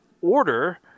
order